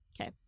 Okay